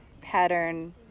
pattern